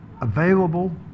available